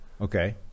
Okay